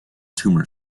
tumor